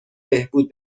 بهبود